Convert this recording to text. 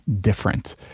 different